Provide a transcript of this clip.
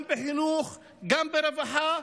גם בחינוך, גם ברווחה,